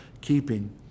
keeping